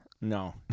No